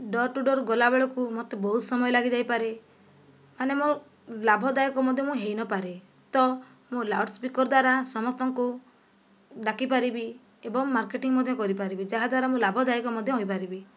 door to door ଗଲାବେଳକୁ ମୋତେ ବହୁତ ସମୟ ଲାଗିଯାଇପାରେ ମାନେ ମୋ'ର ଲାଭଦାୟକ ମଧ୍ୟ ମୁଁ ହୋଇନପାରେ ତ ମୁଁ ଲାଉଡ଼ସ୍ପିକର ଦ୍ଵାରା ସମସ୍ତଙ୍କୁ ଡାକିପାରିବି ଏବଂ ମାର୍କେଟିଙ୍ଗ ମଧ୍ୟ କରିପାରିବି ଯାହାଦ୍ୱାରା ମୁଁ ଲାଭଦାୟକ ମଧ୍ୟ ହୋଇପାରିବି